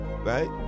Right